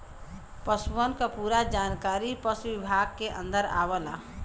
पसुअन क पूरा जानकारी पसु विभाग के अन्दर आवला